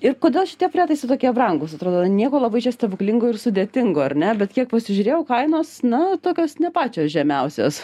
ir kodėl šitie prietaisai tokie brangūs atrodo nieko labai čia stebuklingo ir sudėtingo ar ne bet kiek pasižiūrėjau kainos na tokios ne pačios žemiausios